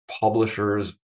publishers